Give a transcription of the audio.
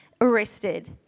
arrested